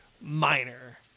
minor